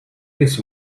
eres